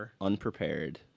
unprepared